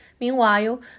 Meanwhile